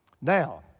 Now